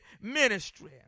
ministry